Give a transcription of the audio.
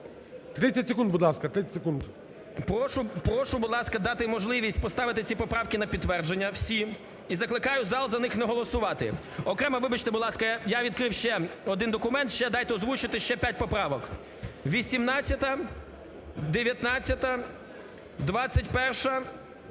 Прошу, будь ласка, дати можливість поставити ці поправки на підтвердження всі і закликаю зал за них не голосувати. Окремо, вибачте, будь ласка, я відкрив ще один документ, ще дайте озвучити ще 5 поправок: 18-а, 19-а,